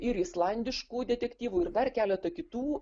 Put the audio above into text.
ir islandiškų detektyvų ir dar keletą kitų